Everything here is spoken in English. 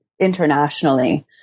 internationally